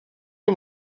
him